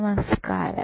നമസ്കാരം